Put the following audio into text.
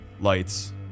Lights